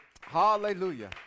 Hallelujah